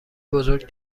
بزرگ